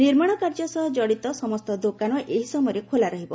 ନିର୍ମାଣ କାର୍ଯ୍ୟ ସହ ଜଡ଼ିତ ସମସ୍ତ ଦୋକାନ ଏହି ସମୟରେ ଖୋଲା ରହିବ